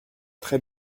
très